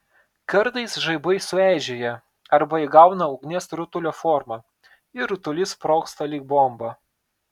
kartais žaibai sueižėja arba įgauna ugnies rutulio formą ir rutulys sprogsta lyg bomba